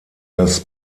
das